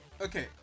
okay